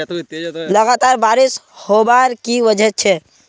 लगातार बारिश होबार की वजह छे?